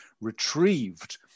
retrieved